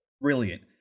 brilliant